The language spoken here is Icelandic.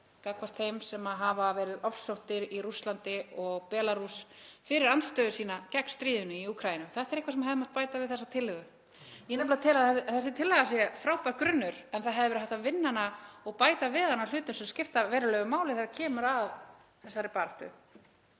gagnvart þeim sem hafa verið ofsóttir í Rússlandi og Belarús fyrir andstöðu sína gegn stríðinu í Úkraínu. Þetta er eitthvað sem hefði mátt bæta við þessa tillögu. Ég nefnilega tel að þessi tillaga sé frábær grunnur en það hefði verið hægt að vinna hana og bæta við hana hlutum sem skipta verulegu máli þegar kemur að þessari baráttu